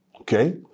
Okay